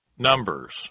Numbers